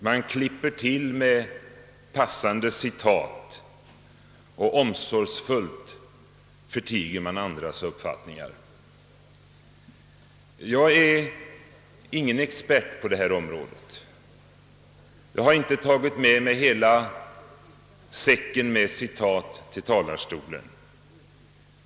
Man klipper till med passande citat och förtiger omsorgsfullt andras uppfattningar. Jag är ingen expert på det här området. Och jag har inte tagit med mig hela »citatsäcken» till talarstolen.